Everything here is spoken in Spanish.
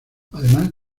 además